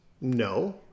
No